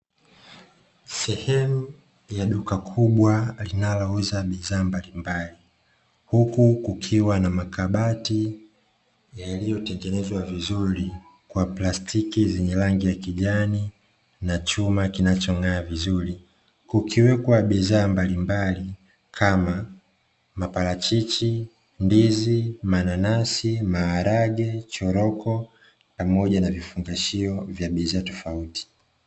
Sehemu ya duka kubwa linalouza bidhaa mbalimbali, huku kukiwa na makabati yaliyotengenezwa vizuri kwa plastiki zenye rangi ya kijani, na chuma kinachong'aa vizuri, kukiwekwa bidhaa mbalimbali kama maparachichi, ndizi, mananasi, maharage, choroko pamoja na vifungashio vya bidhaa tofauti.